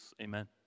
Amen